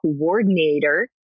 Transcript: coordinator